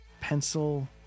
pencil